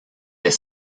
les